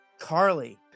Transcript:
Carly